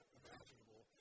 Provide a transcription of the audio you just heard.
imaginable